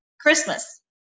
Christmas